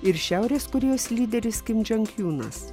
ir šiaurės korėjos lyderis kim čiong imnas